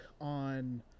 on